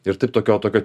ir taip tokio tokio